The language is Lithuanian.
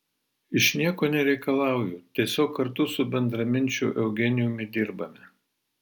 iš nieko nereikalauju tiesiog kartu su bendraminčiu eugenijumi dirbame